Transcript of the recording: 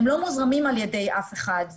הם לא מוזרמים על ידי אף אחד,